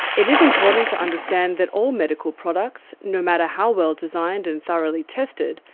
it is important to understand that all medical products, no matter how well designed and thoroughly tested,